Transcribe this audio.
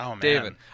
David